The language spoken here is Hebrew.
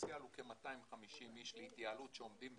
הוא כ-250 איש להתייעלות שעומדים בקריטריונים.